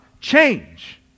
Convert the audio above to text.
change